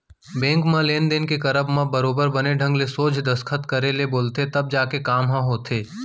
bank म लेन देन के करब म बरोबर बने ढंग के सोझ दस्खत करे ले बोलथे तब जाके काम ह होथे